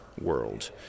world